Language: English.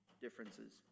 differences